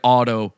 Auto